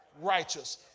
righteous